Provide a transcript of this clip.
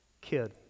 kid